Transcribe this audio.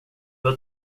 har